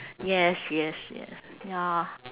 yes yes yes ya